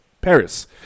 Paris